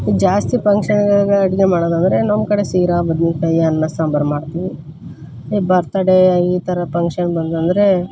ಜಾಸ್ತಿ ಫಂಕ್ಷನ ಅಡುಗೆ ಮಾಡೋದಂದರೆ ನಮ್ಮ ಕಡೆ ಶೀರಾ ಬದ್ನೆಕಾಯಿ ಅನ್ನ ಸಾಂಬಾರು ಮಾಡ್ತೀನಿ ಈ ಬರ್ತಡೇ ಈ ಥರ ಫಂಕ್ಷನ್ ಬಂತಂದರೆ